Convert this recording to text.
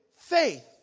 faith